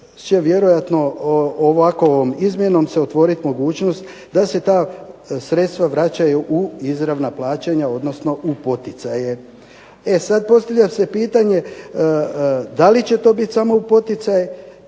će se ovakvom izmjenom otvoriti mogućnost da se ta sredstva vraćaju u izravna plaćanja, odnosno u poticaje. E sada postavlja se pitanje da li će to biti samo u poticaje